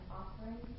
offering